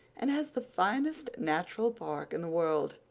and has the finest natural park in the world.